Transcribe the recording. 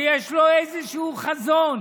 שיש לו איזשהו חזון,